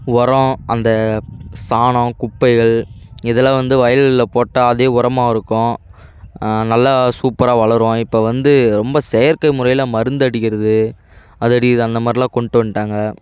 உரம் அந்த சாணம் குப்பைகள் இதெல்லாம் வந்து வயல்களில் போட்டால் அதே உரமா இருக்கும் நல்ல சூப்பராக வளரும் இப்போ வந்து ரொம்ப செயற்கை முறையில் மருந்தடிக்கின்றது அது அடிக்கின்றது அந்தமாதிரில்லாம் கொண்டு வந்துட்டாங்க